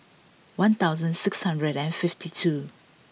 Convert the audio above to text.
one thousand six hundred and fifty two